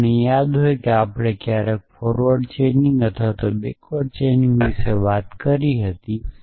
જો તમને યાદ હોય કે આપણે ક્યારે ફોરવર્ડ ચેઇનિંગઅથવા બેક્વર્ડ ચેઇનિંગવિશે વાત કરી હતી